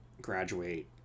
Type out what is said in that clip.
graduate